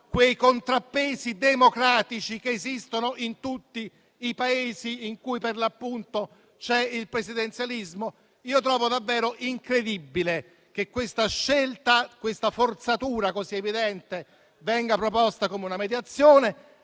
quei contrappesi democratici che esistono in tutti i Paesi in cui appunto c'è il presidenzialismo. Trovo davvero incredibile che questa scelta, questa forzatura così evidente, venga proposta come una mediazione.